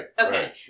Okay